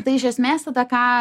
tai iš esmės tada ką